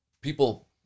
People